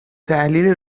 تحلیل